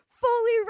fully